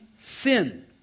sin